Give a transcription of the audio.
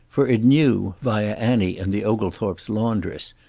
for it knew, via annie and the oglethorpe's laundress,